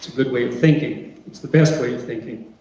good way of thinking. it's the best way of thinking.